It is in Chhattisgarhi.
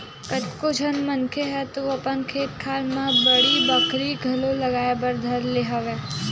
कतको झन मनखे मन ह तो अपन खेत खार मन म बाड़ी बखरी घलो लगाए बर धर ले हवय